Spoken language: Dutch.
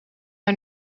hij